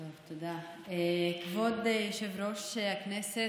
תודה, כבוד יושב-ראש הישיבה.